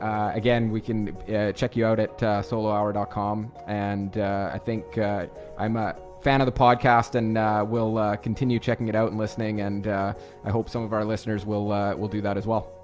again we can check you out at solohour dot com and i think i'm a fan of the podcast and will continue checking it out and listening and i hope some of our listeners will will do that as well.